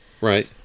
right